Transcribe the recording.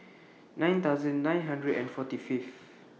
nine thousand nine hundred and forty Fifth